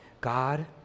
God